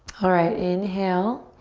alright, inhale.